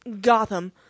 Gotham